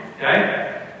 okay